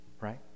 right